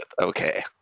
Okay